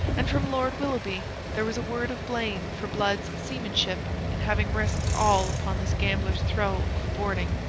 and from lord willoughby there was a word of blame for blood's seamanship in having risked all upon this gambler's throw of boarding.